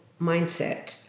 mindset